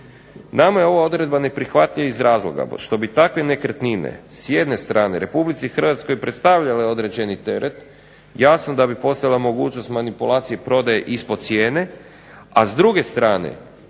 Nama je ova odredba neprihvatljiva iz razloga što bi takve nekretnine s jedne strane Republici Hrvatskoj predstavljale određeni teret jasno da bi postojala mogućnost manipulacije, prodaje ispod cijene, a s druge strane